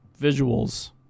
visuals